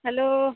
hello